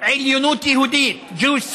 עליונות יהודית, Jewish supremacy,